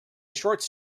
shorts